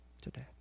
today